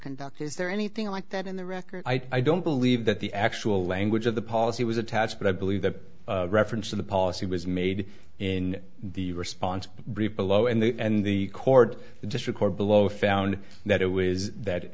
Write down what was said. conduct is there anything like that in the record i don't believe that the actual language of the policy was attached but i believe that reference to the policy was made in the response by ripa lo and the cord just record below found that